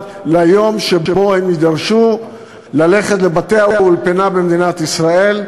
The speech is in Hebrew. ליום שבו הם יידרשו ללכת לבתי-האולפנה במדינת ישראל,